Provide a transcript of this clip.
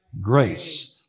grace